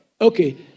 Okay